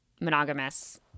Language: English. monogamous